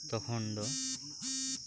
ᱛᱚᱠᱷᱚᱱ ᱫᱚ